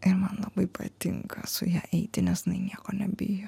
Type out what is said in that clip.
ir man labai patinka su ja eiti nes jinai nieko nebijo